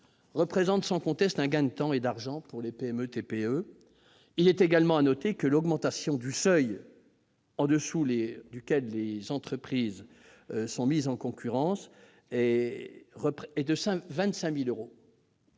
entraîne sans conteste un gain de temps et d'argent pour les PME et TPE. Il est également à noter que l'augmentation du seuil en dessous duquel les entreprises sont mises en concurrence est de 25 000 euros.